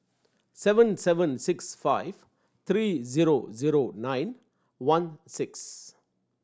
seven seven six five three zero zero nine one six